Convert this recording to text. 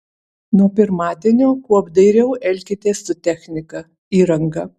nuo pirmadienio kuo apdairiau elkitės su technika įranga